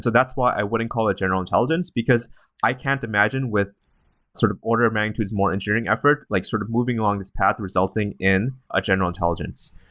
so that's why i wouldn't call it general intelligence, because i can't imagine with sort of order of magnitude is more ensuring effort, like sort of moving along this path resulting in a general intelligence.